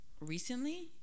Recently